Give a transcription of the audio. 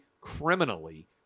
criminally